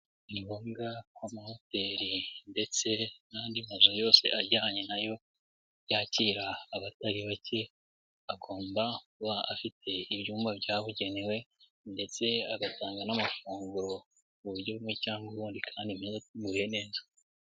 Ni ngombwa ko amahoteri ndetse n'andi mazu yose ajyanye nayo yakira abatari bake agomba kuba afite ibyumba byabugenewe ndetse agatanga n'amafunguro ku buryo bumwe cyangwa ubundi kandi meza ateguye neza.